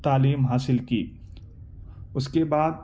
تعلیم حاصل کی اس کے بعد